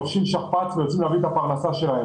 לובשים שכפ"ץ ויוצאים להביא את הפרנסה שלהם.